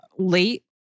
Late